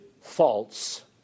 false